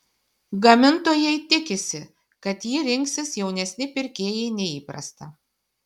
gamintojai tikisi kad jį rinksis jaunesni pirkėjai nei įprasta